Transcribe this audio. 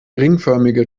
ringförmige